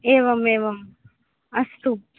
एवम् एवम् अस्तु